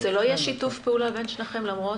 זה לא יהיה שיתוף פעולה בין שניכם למרות